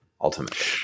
ultimately